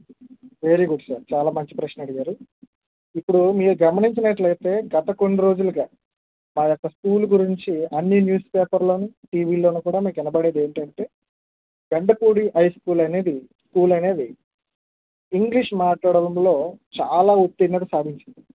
very good sir చాలా మంచి ప్రశ్న అడిగారు ఇప్పుడు మీరు గమనించినట్లయితే గత కొన్ని రోజులుగా మా యొక్క స్కూల్ గురించి అన్ని న్యూస్ పేపర్ ల లోను టీవీలోను కూడా మీకు వినబడేది ఏంటంటే బెండపూడి హై స్కూల్ అనేది స్కూల్ అనేది ఇంగ్లీష్ మాట్లాడడంలో చాలా ఉత్తీర్ణత సాధించింది